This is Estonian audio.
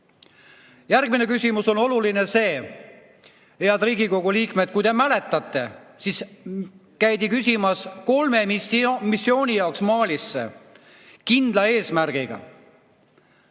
Järgmises küsimuses on oluline see, head Riigikogu liikmed, et kui te mäletate, siis käidi küsimas [nõusolekut] kolme missiooni jaoks Malisse kindla eesmärgiga,